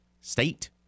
state